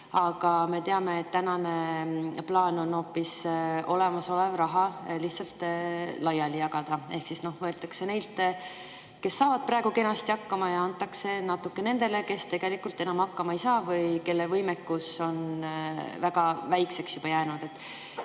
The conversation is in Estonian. aga me teame, et tänane plaan on hoopis olemasolev raha lihtsalt laiali jagada. Ehk siis võetakse neilt, kes saavad praegu kenasti hakkama, ja antakse natuke nendele, kes tegelikult enam hakkama, kelle võimekus on väga väikeseks juba jäänud.